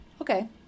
Okay